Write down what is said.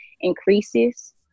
increases